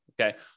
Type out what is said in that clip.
Okay